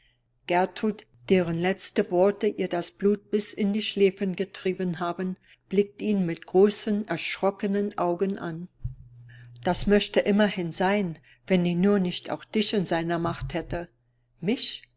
deren letzte worte ihr das blut bis in die schläfen getrieben haben blickt ihn mit großen erschrockenen augen an das möchte immerhin sein wenn er nur nicht auch dich in seiner macht hätte mich